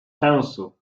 council